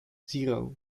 zero